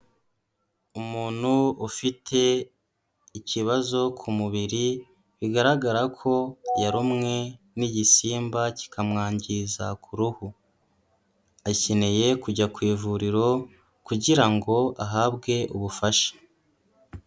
Umuntu ufite ikibazo ku mubiri, bigaragara ko yarumwe n'igisimba kikamwangiza ku ruhu, akeneye kujya ku ivuriro kugira ngo ahabwe ubufasha.